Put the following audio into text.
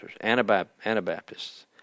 Anabaptists